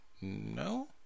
No